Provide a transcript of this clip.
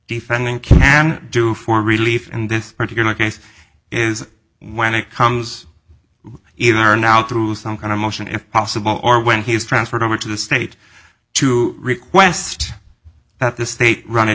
defendant can do for relief in this particular case is when it comes either now to some kind of motion if possible or when he's transferred over to the state to request that the state run it